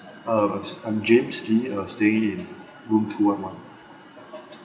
uh I'm james lee uh staying in room two one one